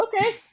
okay